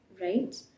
right